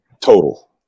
total